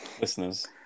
Listeners